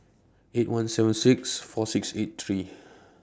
eight one seven six four six eight three